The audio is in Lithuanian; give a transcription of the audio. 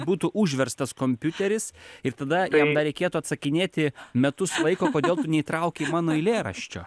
būtų užverstas kompiuteris ir tada jam dar reikėtų atsakinėti metus laiko kodėl tu neįtraukei mano eilėraščio